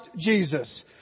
Jesus